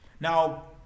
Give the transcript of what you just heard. now